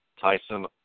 Tyson